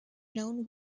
known